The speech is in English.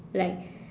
like